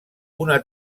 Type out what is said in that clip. una